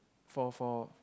for for